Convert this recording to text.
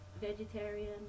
vegetarian